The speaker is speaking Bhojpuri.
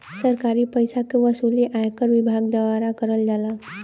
सरकारी पइसा क वसूली आयकर विभाग द्वारा करल जाला